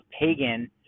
pagan